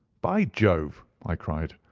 by jove! i cried,